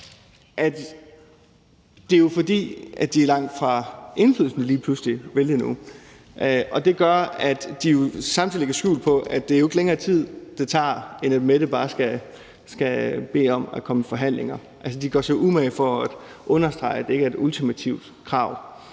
det er, fordi de lige pludselig er langt fra indflydelsen nu, og det gør, at de samtidig ikke lægger skjul på, at det jo tager længere tid, end at Mette bare skal bede dem om at komme i forhandlinger; altså, de gør sig umage for at understrege, at det ikke er et ultimativt krav.